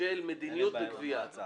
של מדיניות וגבייה.